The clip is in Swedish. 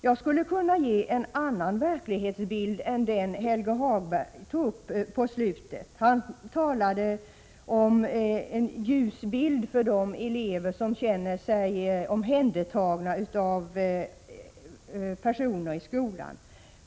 Jag skulle kunna ge en annan verklighetsbild än den ljusa bild Helge Hagberg på slutet målade upp av de elever som känner sig omhändertagna av personal i skolan.